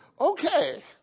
Okay